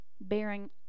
bearing